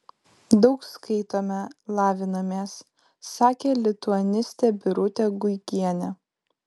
daug skaitome lavinamės sakė lituanistė birutė guigienė